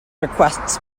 requests